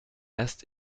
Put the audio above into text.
erst